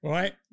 right